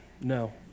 no